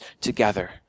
together